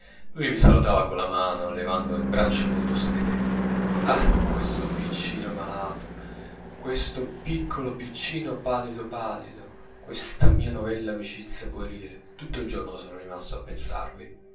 lui mi salutava con la mano levando il braccio nudo sorridendomi ah questo piccino malato questo piccolo piccino pallido pallido questa mia novella amicizia puerile tutto il giorno son rimasto a pensarvi